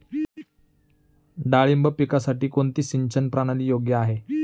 डाळिंब पिकासाठी कोणती सिंचन प्रणाली योग्य आहे?